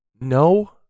No